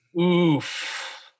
Oof